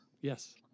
Yes